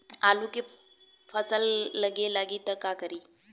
आलू के फ़सल गले लागी त का करी?